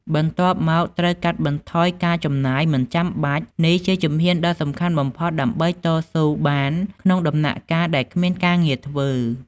បន្ទាប់មក ត្រូវកាត់បន្ថយការចំណាយមិនចាំបាច់ នេះជាជំហានដ៏សំខាន់បំផុតដើម្បីតស៊ូបានក្នុងដំណាក់កាលដែលគ្មានការងារធ្វើ។